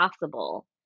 possible